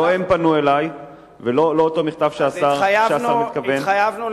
לא הם פנו אלי ולא אותו מכתב שהשר מתכוון אליו.